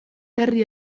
herri